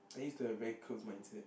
I used to have a very closed mindset